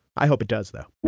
i hope it does, though